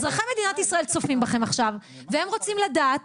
אזרחי מדינת ישראל צופים בכם עכשיו והם רוצים לדעת